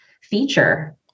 feature